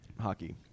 hockey